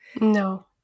No